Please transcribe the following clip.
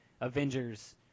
Avengers